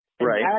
right